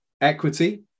Equity